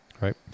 right